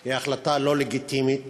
היא החלטה לא לגיטימית